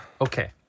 okay